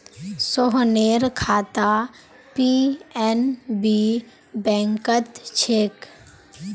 सोहनेर खाता पी.एन.बी बैंकत छेक